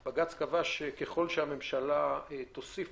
"בג"ץ קבע שככל שהממשלה תוסיף